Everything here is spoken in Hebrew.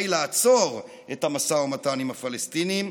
היא לעצור את המשא ומתן עם הפלסטינים,